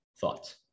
Thoughts